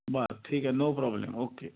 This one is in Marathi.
बरं ठीक आहे नो प्रॉब्लेम ओके